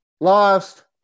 Lost